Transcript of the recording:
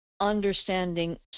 understanding